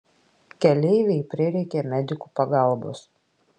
keleivei prireikė medikų pagalbos